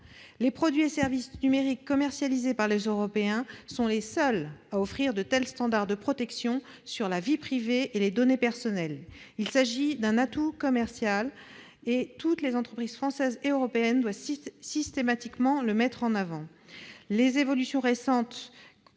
Les produits et services numériques commercialisés par les Européens sont les seuls à offrir de tels standards de protection sur la vie privée et les données personnelles : il s'agit d'un atout commercial que toutes les entreprises françaises et européennes doivent systématiquement mettre en avant. Les évolutions récentes